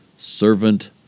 Servant